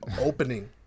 Opening